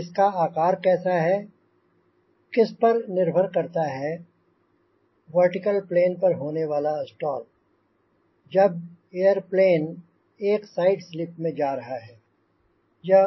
इसका आकार कैसा है किस पर निर्भर करता है वर्टिकल प्लेन पर होने वाला स्टॉल जब एयरप्लेन एक साइड स्लिप में जा रहा है